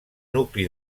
nucli